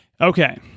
Okay